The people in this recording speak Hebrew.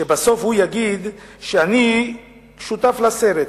ובסוף הוא יגיד: אני שותף לסרט,